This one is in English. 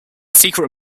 secret